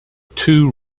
two